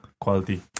quality